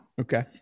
Okay